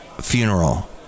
Funeral